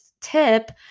tip